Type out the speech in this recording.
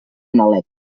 nalec